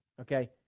okay